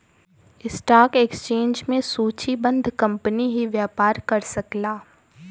stock exchange में सूचीबद्ध company ही व्यापार कर सकला